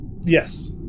Yes